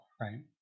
right